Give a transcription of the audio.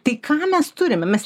tai ką mes turime mes